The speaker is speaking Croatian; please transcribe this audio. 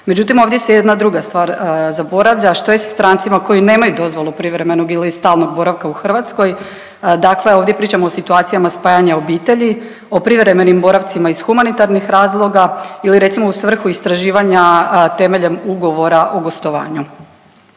Međutim, ovdje se jedna druga stvar zaboravlja, što je sa strancima koji nemaju dozvolu privremenog ili stalnog boravka u Hrvatskoj? Dakle, ovdje pričamo o situacijama spajanja obitelji, o privremenim boravcima iz humanitarnih razloga ili recimo u svrhu istraživanja temeljem ugovora o gostovanju.